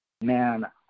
Man